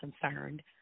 concerned